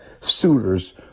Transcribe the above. suitors